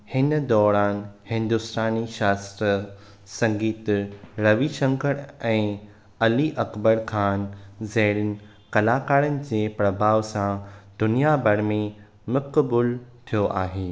हिन दौरान हिन्दुस्तानी शास्त्र संगीतु रविशंकर ऐं अली अकबर ख़ान ज़ेहरिन कलाकारनि जे प्रभाउ सां दुनिया भर में मक़बूलु थियो आहे